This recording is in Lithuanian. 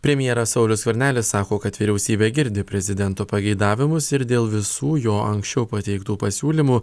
premjeras saulius skvernelis sako kad vyriausybė girdi prezidento pageidavimus ir dėl visų jo anksčiau pateiktų pasiūlymų